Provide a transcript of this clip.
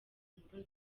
inkuru